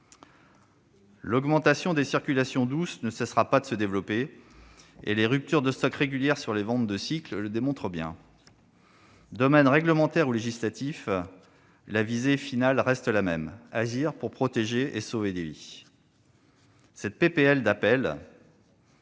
Le développement des circulations douces ne cessera pas ; les ruptures de stocks régulières sur les ventes de cycles le montrent bien. Domaine réglementaire ou législatif, la visée finale reste la même : agir pour protéger et pour sauver des vies. Cette proposition